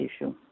issue